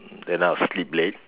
and I will sleep late